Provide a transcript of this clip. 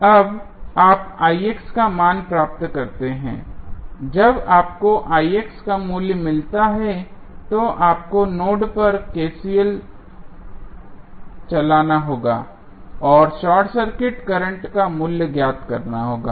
तो अब आप का मान प्राप्त करते हैं जब आपको का मूल्य मिलता है तो आपको नोड पर KCL चलाना होगा और शॉर्ट सर्किट करंट का मूल्य ज्ञात करना होगा